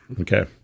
Okay